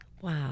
Wow